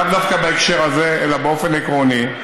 לאו דווקא בהקשר הזה אלא באופן עקרוני,